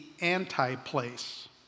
anti-place